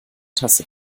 tasse